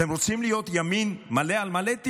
אתם רוצים להיות ימין מלא על מלא?